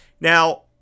Now